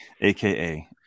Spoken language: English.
aka